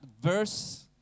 verse